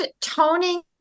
toning